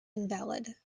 invalid